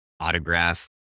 autograph